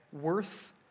worth